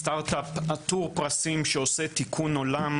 סטארט-אפ עטור פרסים שעושה תיקון עולם,